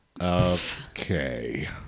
Okay